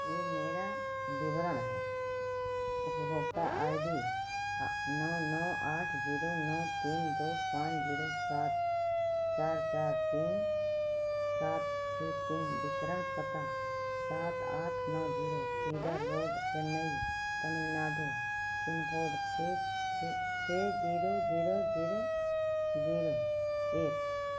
ये मेरा विवरण है उपभोक्ता आई डी नौ नौ आठ जीरो नौ तीन दो पाँच जीरो सात चार चार तीन सात छः तीन वितरण पता सात आठ नौ zero Cedar road Chennai Tamil Nadu pin code छः छः छः जीरो जीरो जीरो जीरो एक